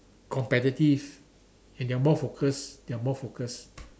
competitive and they are more focused they are more focused